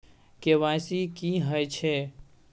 KYC की हय छै?